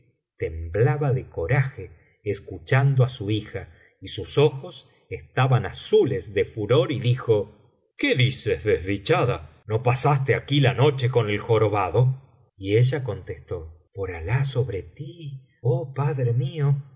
temblaba de coraje escuchando á su hija y sus ojos estaban azules de furor y dijo q ué dices desdichada no pasaste aquí la noche bibjioteca valenciana generalitat valenciana histoeia del vjsir nueeddin con el jorobado y ella contestó por alah sobre ti oh padre mío